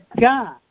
God